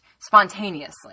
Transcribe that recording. spontaneously